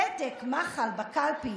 פתק מחל בקלפי.